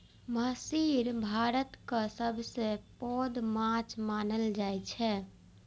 महसीर भारतक सबसं पैघ माछ मानल जाइ छै